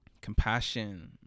compassion